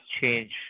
change